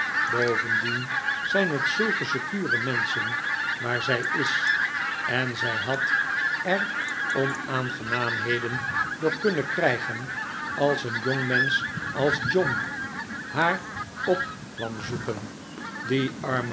bovendien zijn het zulke secure menschen waar zij is eh zij had er onaangenaamheden door kunnen krijgen als een jongmensch als john haar op kwam zoeken die arme